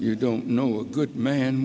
you don't know a good man